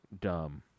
dumb